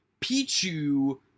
Pichu